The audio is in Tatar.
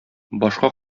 башка